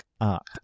up